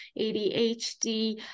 ADHD